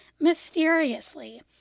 mysteriously